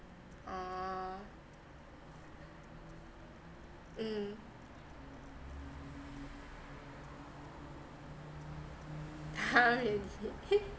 oh mm !huh! really